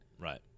Right